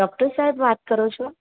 doctor સાહેબ વાત કરો છો